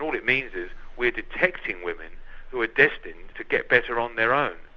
all it means is we're detecting women who are destined to get better on their own.